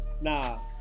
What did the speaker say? nah